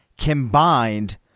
combined